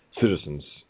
citizens